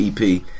EP